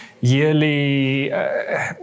yearly